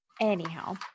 Anyhow